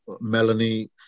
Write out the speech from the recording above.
Melanie